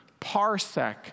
Parsec